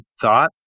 Thought